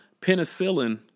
penicillin